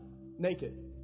naked